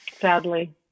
Sadly